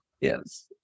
Yes